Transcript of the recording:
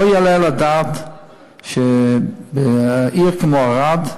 לא יעלה על הדעת שבעיר כמו ערד,